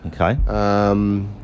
Okay